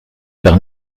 par